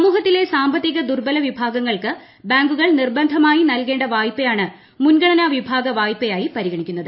സമൂഹത്തിലെ സാമ്പത്തിക ദുർബല വിഭാഗങ്ങൾക്ക് ബാങ്കുകൾ നിർബന്ധമായിനൽകേണ്ട വായ്പയാണ് മുൻഗണനാ വിഭാഗ വായ്പയായി പരിഗണി ക്കുന്നത്